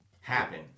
happen